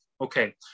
okay